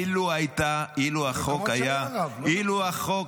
מאיפה אתה